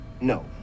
No